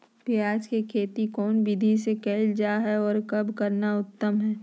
प्याज के खेती कौन विधि से कैल जा है, और कब करना उत्तम है?